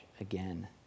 again